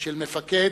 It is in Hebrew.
של מפקד,